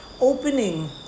opening